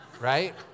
right